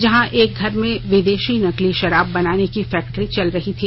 जहां एक घर में विदेशी नकली शराब बनाने की फैक्ट्री चल रही थी